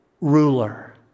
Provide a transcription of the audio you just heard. ruler